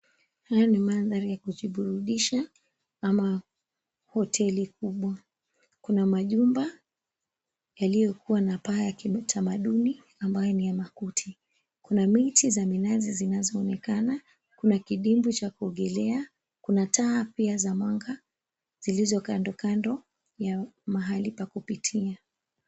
Hii ni mandhari ya kujiburudisha ama hoteli kubwa. Kuna majumba yaliyokuwa na paa ya kitamaduni ambayo ni ya makuti. Kuna miti za minazi zinazoonekana, kuna kidimbwi cha kuogelea, kuna taa pia za mwanga zilizokando kando ya mahali pa kupitia.